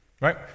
right